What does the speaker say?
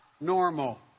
normal